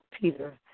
Peter